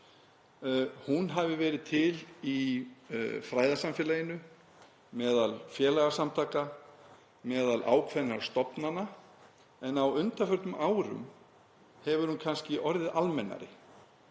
hafi verið til í fræðasamfélaginu, á meðal félagasamtaka, meðal ákveðinna stofnana, en á undanförnum árum hefur hún kannski orðið almennari.